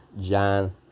John